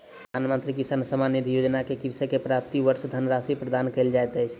प्रधानमंत्री किसान सम्मान निधि योजना में कृषक के प्रति वर्ष धनराशि प्रदान कयल जाइत अछि